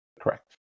Correct